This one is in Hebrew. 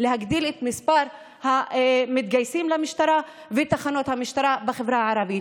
להגדיל את מספר המתגייסים למשטרה ושל תחנות המשטרה בחברה הערבית.